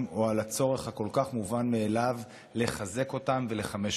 או על הצורך הכל-כך מובן מאליו לחזק אותם ולחמש אותם.